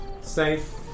safe